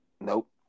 Nope